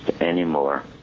anymore